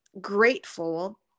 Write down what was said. grateful